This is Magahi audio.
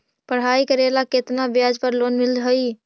पढाई करेला केतना ब्याज पर लोन मिल हइ?